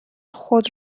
خود